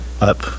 up